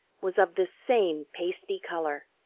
was of this same pasty color.